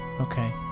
Okay